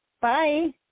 Bye